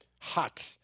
hot